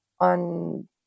on